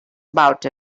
about